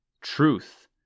Truth